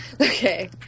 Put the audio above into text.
Okay